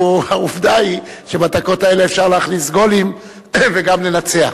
עובדה היא שבדקות האלה אפשר להכניס גולים וגם לנצח,